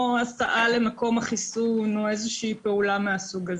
הסעה למקום החיסון או איזה פעולה מהסוג הזה.